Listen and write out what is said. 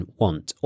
want